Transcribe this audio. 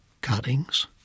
cuttings